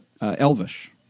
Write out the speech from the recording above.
Elvish